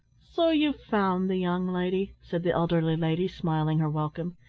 so you found the young lady, said the elderly lady, smiling her welcome,